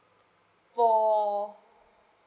for